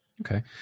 Okay